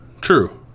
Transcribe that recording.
True